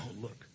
look